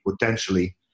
potentially